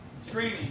screaming